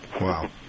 Wow